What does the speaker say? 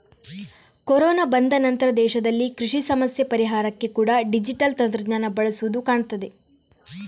corona ಬಂದ ನಂತ್ರ ದೇಶದಲ್ಲಿ ಕೃಷಿ ಸಮಸ್ಯೆ ಪರಿಹಾರಕ್ಕೆ ಕೂಡಾ ಡಿಜಿಟಲ್ ತಂತ್ರಜ್ಞಾನ ಬಳಸುದು ಕಾಣ್ತದೆ